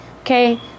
Okay